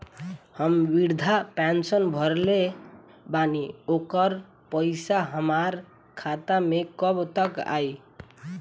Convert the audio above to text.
हम विर्धा पैंसैन भरले बानी ओकर पईसा हमार खाता मे कब तक आई?